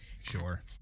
Sure